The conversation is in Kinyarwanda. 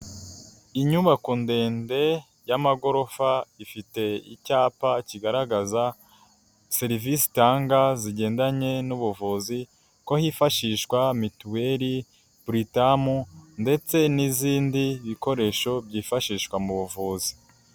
Inyubako ndende y'amagorofa ifite icyapa kigaragaza serivisi itanga zigendanye n'ubuvuzi ko hifashishwa mituweli Britamu ndetse n'izindi bikoresho byifashishwa mu buvuzi.